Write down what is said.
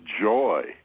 joy